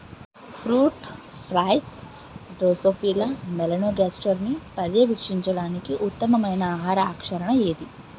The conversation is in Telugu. ఫ్రూట్ ఫ్లైస్ డ్రోసోఫిలా మెలనోగాస్టర్ని పర్యవేక్షించడానికి ఉత్తమమైన ఆహార ఆకర్షణ ఏది?